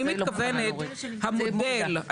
אני מתכוונת המודל.